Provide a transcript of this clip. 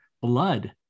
blood